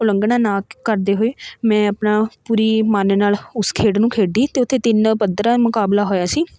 ਉਲੰਘਣਾ ਨਾ ਕਰਦੇ ਹੋਏ ਮੈਂ ਆਪਣਾ ਪੂਰੀ ਮਨ ਨਾਲ ਉਸ ਖੇਡ ਨੂੰ ਖੇਡੀ ਅਤੇ ਉੱਥੇ ਤਿੰਨ ਪੱਧਰਾਂ ਮੁਕਾਬਲਾ ਹੋਇਆ ਸੀ